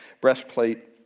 breastplate